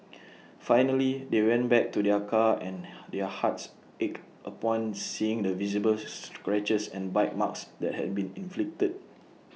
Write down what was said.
finally they went back to their car and their hearts ached upon seeing the visible scratches and bite marks that had been inflicted